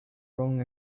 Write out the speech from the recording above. wrong